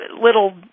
little